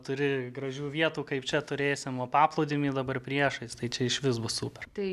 turi gražių vietų kaip čia turėsim va paplūdimį dabar priešais tai čia išvis bus super